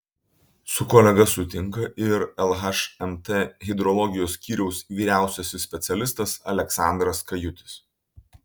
su kolega sutinka ir lhmt hidrologijos skyriaus vyriausiasis specialistas aleksandras kajutis